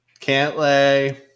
Cantlay